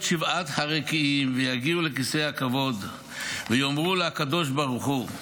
שבעת הרקיעים ויגיעו לכיסא הכבוד ויאמרו לקדוש ברוך הוא: